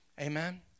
Amen